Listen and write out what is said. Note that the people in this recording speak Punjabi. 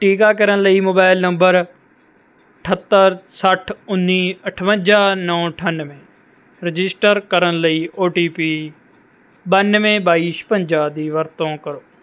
ਟੀਕਾਕਰਨ ਲਈ ਮੋਬਾਇਲ ਨੰਬਰ ਅਠੱਤਰ ਸੱਠ ਉੱਨੀ ਅਠਵੰਜਾ ਨੌ ਅਠਾਨਵੇਂ ਰਜਿਸਟਰ ਕਰਨ ਲਈ ਓ ਟੀ ਪੀ ਬਾਨ੍ਹਵੇਂ ਬਾਈ ਛਪੰਜਾ ਦੀ ਵਰਤੋਂ ਕਰੋ